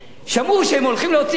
שמעו שהם הולכים להוציא כסף,